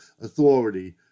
authority